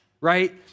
right